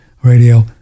Radio